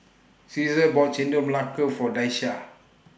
Caesar bought Chendol Melaka For Daisha